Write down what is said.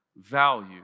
value